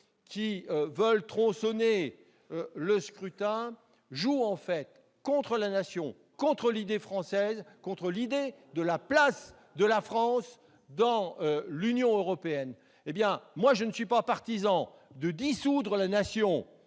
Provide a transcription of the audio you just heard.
qui veulent tronçonner le scrutin jouent en fait contre la Nation, contre l'idée française, contre la place de la France dans l'Union européenne. Moi, je ne suis pas partisan de dissoudre la Nation